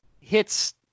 hits